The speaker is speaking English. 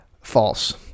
False